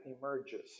emerges